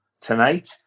tonight